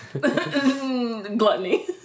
gluttony